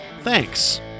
Thanks